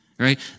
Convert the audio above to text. right